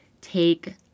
Take